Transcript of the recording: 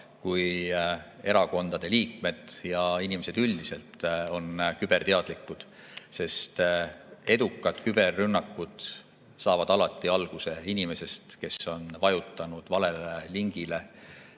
kui erakondade liikmed ja inimesed üldiselt on küberteadlikud, sest edukad küberrünnakud saavad alati alguse inimesest, kes on vajutanud valele lingile